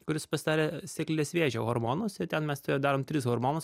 kuris pasidarė sėklidės vėžio hormonus ten mes su juo darom tris hormonus